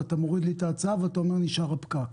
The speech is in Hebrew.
ואתה מוריד את ההצעה ואומר שנשאר הפקק.